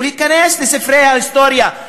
הוא ייכנס לספרי ההיסטוריה.